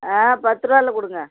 ஆ பத்து ரூபால கொடுங்க